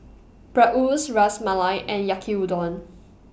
Bratwurst Ras Malai and Yaki Udon